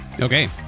Okay